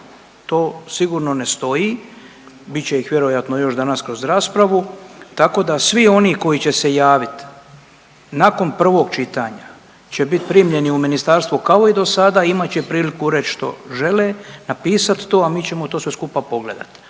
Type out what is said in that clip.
to sigurno ne stoji, bit će ih vjerojatno još danas kroz raspravu, tako da svi oni koji će javit nakon prvog čitanja će bit primljeni u ministarstvo kao i dosada i imat će priliku reć što žele, napisat to, a mi ćemo to sve skupa pogledati.